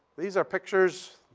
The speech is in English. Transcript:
these are pictures